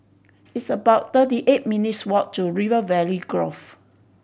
it's about thirty eight minutes' walk to River Valley Grove